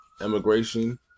immigration